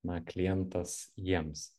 na klientas jiems